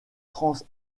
trans